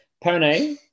Pony